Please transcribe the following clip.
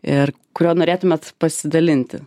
ir kurio norėtumėt pasidalinti